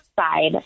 side